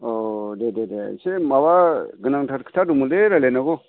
औ दे दे दे इसे माबा गोनांथार खोथा दंमोनलै रायज्लायनांगौ